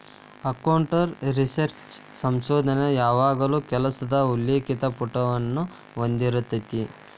account research ಸಂಶೋಧನ ಯಾವಾಗಲೂ ಕೆಲಸದ ಉಲ್ಲೇಖಿತ ಪುಟವನ್ನ ಹೊಂದಿರತೆತಿ